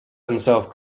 himself